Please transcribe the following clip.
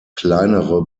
kleinere